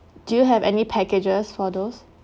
do you have any packages for those